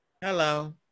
Hello